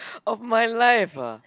of my life ah